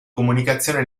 comunicazione